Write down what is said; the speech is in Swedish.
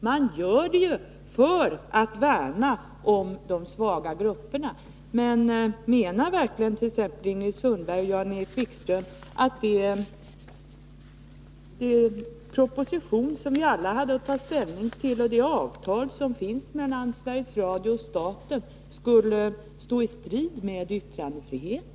Man gör det ju för att värna om de svaga grupperna. Men menar verkligen t.ex. Ingrid Sundberg och Jan-Erik Wikström att den proposition som vi alla hade att ta ställning till och det avtal som finns mellan Sveriges Radio och staten skulle stå i strid med yttrandefriheten?